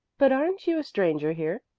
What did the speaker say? but aren't you a stranger here?